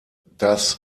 das